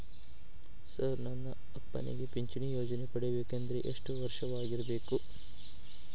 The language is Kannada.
ಸರ್ ನನ್ನ ಅಪ್ಪನಿಗೆ ಪಿಂಚಿಣಿ ಯೋಜನೆ ಪಡೆಯಬೇಕಂದ್ರೆ ಎಷ್ಟು ವರ್ಷಾಗಿರಬೇಕ್ರಿ?